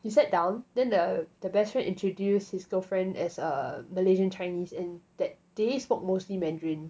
he sat down then the the best friend introduce his girlfriend as a malaysian chinese and that they spoke mostly mandarin